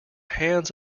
hands